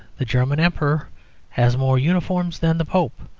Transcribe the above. the german emperor has more uniforms than the pope.